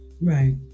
Right